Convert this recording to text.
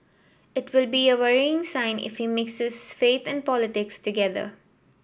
it will be a worrying sign if he mixes faith and politics together